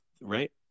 right